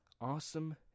Awesome